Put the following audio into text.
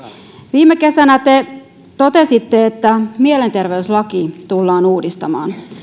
viime kesänä te totesitte että mielenterveyslaki tullaan uudistamaan